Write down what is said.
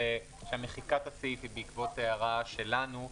שמחיקת הסעיף היא בעקבות הערה שלנו.